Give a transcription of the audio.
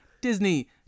Disney